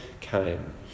came